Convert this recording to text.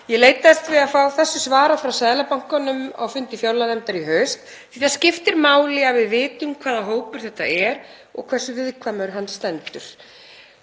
Ég leitaðist við að fá þessu svarað frá Seðlabankanum á fundi fjárlaganefndar í haust því það skiptir máli að við vitum hvaða hópur þetta er og hversu viðkvæmur hann stendur.